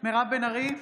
מירב בן ארי,